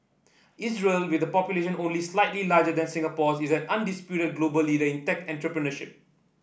Israel with a population only slightly larger than Singapore is an undisputed global leader in tech entrepreneurship